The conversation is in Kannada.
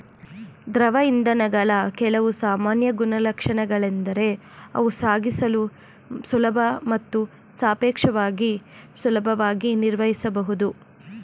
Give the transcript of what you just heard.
ದ್ರವ ಇಂಧನಗಳ ಕೆಲವು ಸಾಮಾನ್ಯ ಗುಣಲಕ್ಷಣಗಳೆಂದರೆ ಅವು ಸಾಗಿಸಲು ಸುಲಭ ಮತ್ತು ಸಾಪೇಕ್ಷವಾಗಿ ಸುಲಭವಾಗಿ ನಿರ್ವಹಿಸಬಹುದು